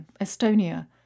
Estonia